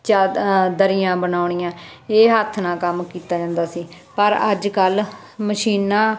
ਚਾਦ ਦਰੀਆਂ ਬਣਾਉਣੀਆਂ ਇਹ ਹੱਥ ਨਾਲ ਕੰਮ ਕੀਤਾ ਜਾਂਦਾ ਸੀ ਪਰ ਅੱਜ ਕੱਲ੍ਹ ਮਸ਼ੀਨਾਂ